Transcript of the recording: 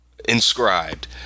inscribed